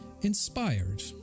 inspired